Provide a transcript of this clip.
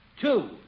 two